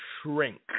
shrink